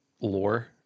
lore